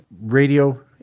radio